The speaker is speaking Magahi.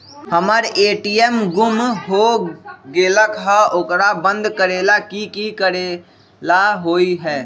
हमर ए.टी.एम गुम हो गेलक ह ओकरा बंद करेला कि कि करेला होई है?